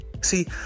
See